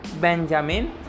Benjamin